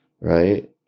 Right